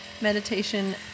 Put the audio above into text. meditation